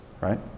Right